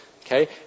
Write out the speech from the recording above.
Okay